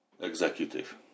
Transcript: executive